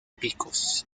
picos